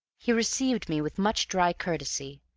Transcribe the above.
he received me with much dry courtesy,